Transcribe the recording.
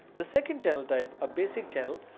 the second channel type, a basic channel,